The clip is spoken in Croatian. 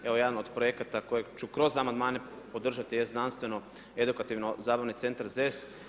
Evo jedan od projekata kojeg ću kroz amandmane podržati je znanstveno-edukativno zabavni centar ZES.